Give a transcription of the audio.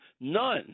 None